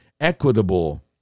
equitable